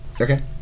okay